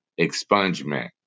expungement